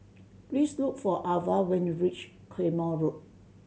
please look for Avah when you reach Claymore Road